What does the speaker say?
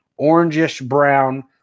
orangish-brown